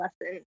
lesson